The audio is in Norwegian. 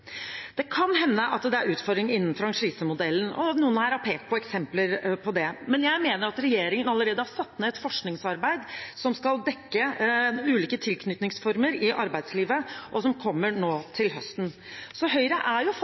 Det kan hende at det er utfordringer innen franchisemodellen, og at noen her har pekt på eksempler på det. Men regjeringen har allerede satt ned et forskningsarbeid som skal dekke ulike tilknytningsformer i arbeidslivet, og som kommer nå til høsten. Så Høyre er jo for